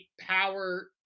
power